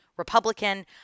Republican